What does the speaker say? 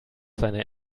seine